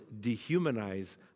dehumanize